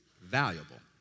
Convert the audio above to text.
valuable